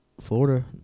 Florida